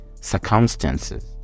circumstances